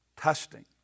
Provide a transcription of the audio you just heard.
Testing